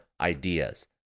ideas